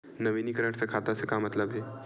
नवीनीकरण से खाता से का मतलब हे?